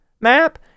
map